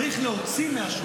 צריך להוציא.